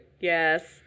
Yes